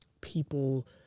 people